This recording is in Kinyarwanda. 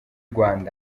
rwanda